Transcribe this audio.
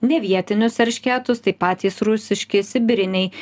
nevietinius eršketus tai patys rusiški sibiriniai